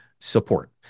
support